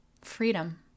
Freedom